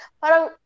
parang